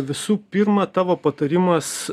visų pirma tavo patarimas